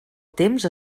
temps